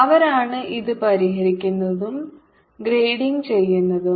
അവരാണ് ഇത് പരിഹരിക്കുന്നതും ഗ്രേഡിംഗ് ചെയ്യുന്നതും